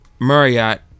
Marriott